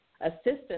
assistance